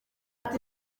ati